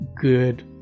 good